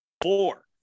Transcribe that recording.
Four